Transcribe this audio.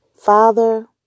Father